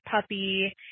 puppy